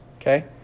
Okay